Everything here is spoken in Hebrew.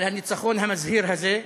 על הניצחון המזהיר הזה.